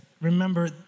remember